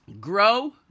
grow